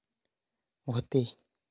व्हते